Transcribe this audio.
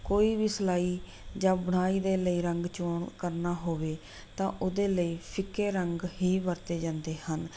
ਕੋਈ ਵੀ ਸਿਲਾਈ ਜਾਂ ਬੁਣਾਈ ਦੇ ਲਈ ਰੰਗ ਚੋਣ ਕਰਨਾ ਹੋਵੇ ਤਾਂ ਉਹਦੇ ਲਈ ਫਿੱਕੇ ਰੰਗ ਹੀ ਵਰਤੇ ਜਾਂਦੇ ਹਨ